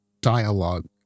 dialogue